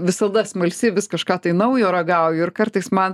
visada smalsi vis kažką tai naujo ragauju ir kartais man